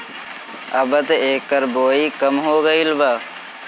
अबत एकर बओई कम हो गईल बा